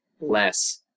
less